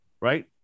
right